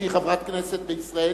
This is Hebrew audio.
חברת הכנסת ברקוביץ.